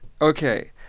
okay